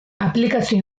aplikazio